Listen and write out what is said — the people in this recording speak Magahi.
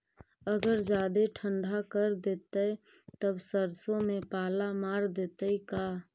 अगर जादे ठंडा कर देतै तब सरसों में पाला मार देतै का?